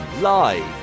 live